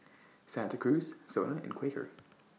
Santa Cruz Sona and Quaker